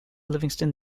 livingston